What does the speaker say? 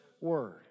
word